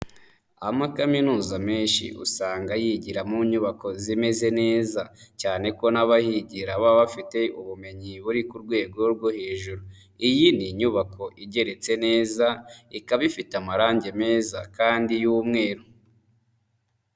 Amakaminuza menshi usanga yigira mu nyubako zimeze neza cyane ko n'abahigira baba bafite ubumenyi buri ku rwego rwo hejuru, iyi ni inyubako igeretse neza ikaba ifite amarange meza kandi y'umweru.